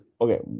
okay